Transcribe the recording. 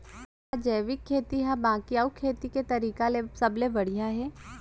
का जैविक खेती हा बाकी अऊ खेती के तरीका ले सबले बढ़िया हे?